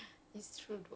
ya ya ya